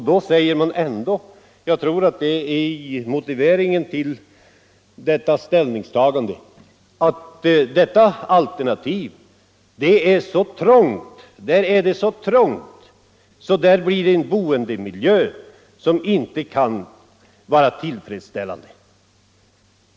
Då sägs det — jag tror att det är i motiveringen till regeringens ställningstagande — att det alternativet är så trångt att det där blir en boendemiljö som inte kan vara tillfredsställande.